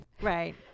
right